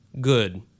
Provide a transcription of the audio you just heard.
good